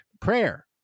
Prayer